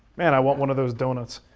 man, i want one of those doughnuts.